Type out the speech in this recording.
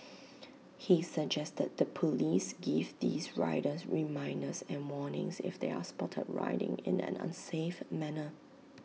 he suggested the Police give these riders reminders and warnings if they are spotted riding in an unsafe manner